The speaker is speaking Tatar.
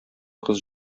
кыз